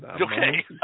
Okay